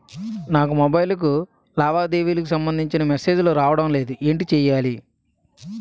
నాకు మొబైల్ కు లావాదేవీలకు సంబందించిన మేసేజిలు రావడం లేదు ఏంటి చేయాలి?